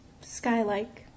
Sky-like